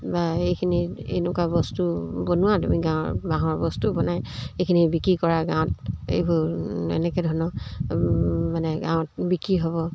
বা এইখিনি এনেকুৱা বস্তু বনোৱা তুমি গাঁৱৰ বাঁহৰ বস্তু বনাই এইখিনি বিক্ৰী কৰা গাঁৱত এইবোৰ এনেকৈ ধৰণৰ মানে গাঁৱত বিক্ৰী হ'ব